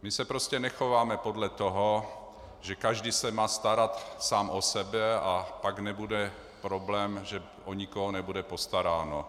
My se prostě nechováme podle toho, že každý se má starat sám o sebe a pak nebude problém, že o nikoho nebude postaráno.